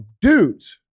dudes